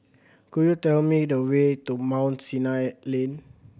could you tell me the way to Mount Sinai Lane